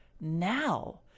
now